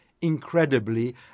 incredibly